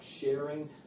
sharing